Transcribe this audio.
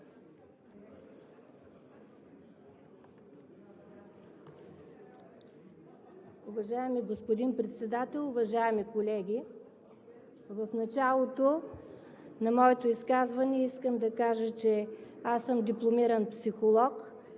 Уважаеми господин Председател, уважаеми колеги! В началото на моето изказване искам да кажа, че аз съм дипломиран психолог